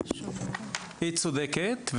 היא צודקת.